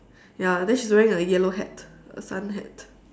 ya then she's wearing a yellow hat a sun hat